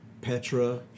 Petra